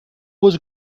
was